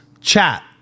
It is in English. chat